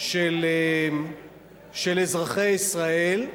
של אזרחי ישראל,